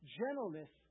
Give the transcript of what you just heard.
gentleness